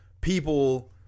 people